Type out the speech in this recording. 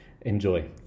Enjoy